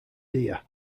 deer